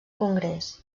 congrés